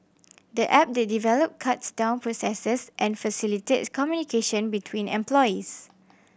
the app they developed cuts down processes and facilitate communication between employees